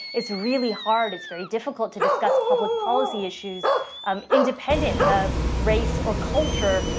it's really hard, it's very difficult to discuss public policy issues um independent of race or culture,